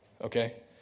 Okay